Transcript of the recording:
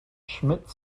schmidt